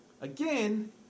Again